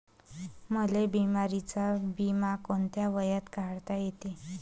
मले बिमारीचा बिमा कोंत्या वयात काढता येते?